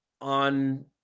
on